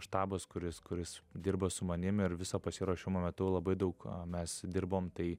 štabas kuris kuris dirba su manim ir viso pasiruošimo metu labai daug mes dirbom tai